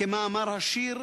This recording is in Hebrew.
כמאמר השיר,